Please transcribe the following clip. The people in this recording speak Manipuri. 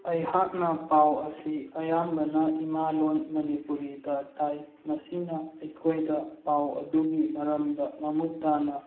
ꯑꯩꯍꯥꯛꯅ ꯄꯥꯎ ꯑꯁꯤ ꯑꯌꯥꯝꯕꯅ ꯏꯃꯥꯂꯣꯟ ꯃꯅꯤꯄꯨꯔꯤꯗ ꯇꯥꯏ ꯃꯁꯤꯅ ꯑꯩꯈꯣꯏꯗ ꯄꯥꯎ ꯑꯗꯨꯒꯤ ꯃꯔꯝꯗ ꯃꯃꯨꯠ ꯇꯥꯅ